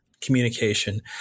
communication